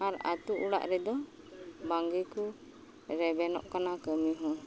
ᱟᱨ ᱟᱹᱛᱩ ᱚᱲᱟᱜ ᱨᱮᱫᱚ ᱵᱟᱝᱜᱮᱠᱚ ᱨᱮᱵᱮᱱᱚᱜ ᱠᱟᱱᱟ ᱠᱟᱹᱢᱤ ᱦᱚᱸ